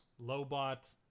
Lobot